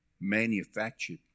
manufactured